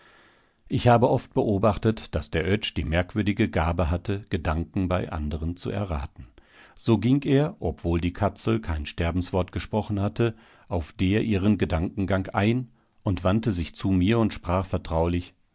ich habe oft beobachtet daß der oetsch die merkwürdige gabe hatte gedanken bei andern zu erraten so ging er obwohl die katzel kein sterbenswort gesprochen hatte auf der ihren gedankengang ein und wandte sich zu mir und sprach vertraulich